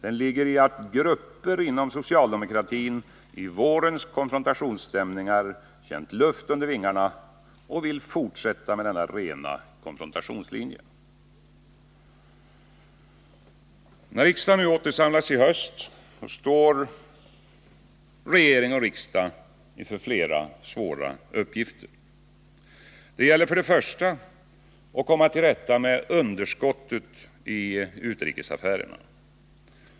Det ligger i att grupper inom socialdemokratin i vårens konfrontationsstämningar känt luft under vingarna och vill fortsätta med en ren konfrontationslinje. När riksdagen åter samlas i höst står regering och riksdag inför flera svåra Det gäller för det första att komma till rätta med underskottet i utrikesaffärerna.